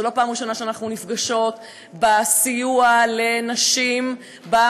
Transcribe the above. זו לא פעם ראשונה שאנחנו נפגשות בסיוע לנשים במקלטים.